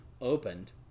opened